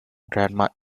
grandma